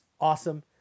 awesome